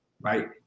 right